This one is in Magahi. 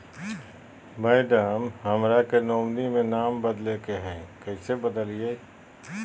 मैडम, हमरा के नॉमिनी में नाम बदले के हैं, कैसे बदलिए